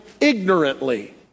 ignorantly